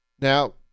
Now